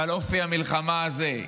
אבל אופי המלחמה הזו,